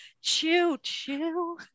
Choo-choo